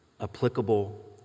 applicable